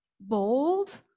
bold